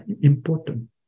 important